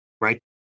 right